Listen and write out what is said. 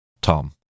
Tom